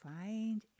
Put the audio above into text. find